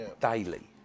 daily